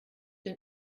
den